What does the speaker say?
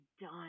done